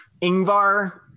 Ingvar